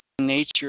nature